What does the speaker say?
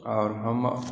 आओर हम